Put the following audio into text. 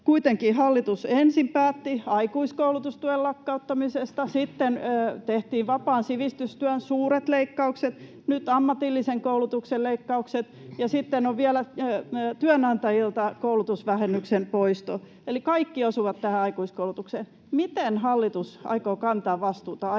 Kuitenkin hallitus ensin päätti aikuiskoulutustuen lakkauttamisesta, sitten tehtiin vapaan sivistystyön suuret leikkaukset, nyt ammatillisen koulutuksen leikkaukset, ja sitten on vielä koulutusvähennyksen poisto työnantajilta. Eli kaikki osuvat tähän aikuiskoulutukseen. Miten hallitus aikoo kantaa vastuuta aikuisten